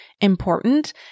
important